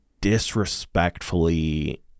disrespectfully